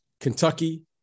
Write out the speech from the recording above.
Kentucky